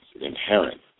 inherent